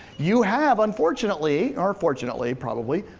you have, unfortunately, or fortunately probably,